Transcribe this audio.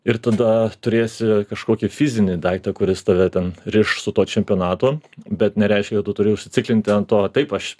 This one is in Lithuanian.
ir tada turėsiu kažkokį fizinį daiktą kuris tave ten riš su tuo čempionatu bet nereiškia kad tu turi užsiciklinti an to taip aš